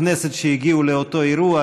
כנסת שהגיעו לאותו אירוע,